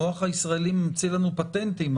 המוח הישראלי ממציא לנו פטנטים,